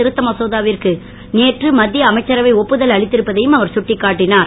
திருத்த மசோதாவிற்கு நேற்று மத்திய அமைச்சரவை ஒப்புதல் அளித்திருப்பதையும் அவர் சுட்டிக்காட்டினார்